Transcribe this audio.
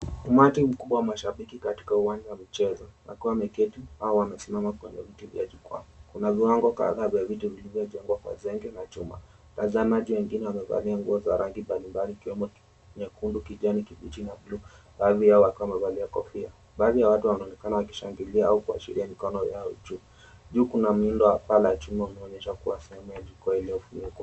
Umati mkubwa wa mashabiki katika uwanja wa michezo wakiwa wameketi au wamesimama kwenye viti vya jukwaa, kuna viwango kadhaa vya viti vilivyojengwa kwa zenge na chuma. Tazama juu wengine wamevalia nguo za rangi mbalimbali ikiwemo nyekundu, kijani kibichi na buluu baadhi yao wakiwa wamevalia kofia ,baadhi ya watu wanaonekana wakishangilia au kuashiria mikono yao juu. Juu kuna miundo ya paa la chuma unaoonyesha kuwa sehemu ya jukwaa iliyofunikwa.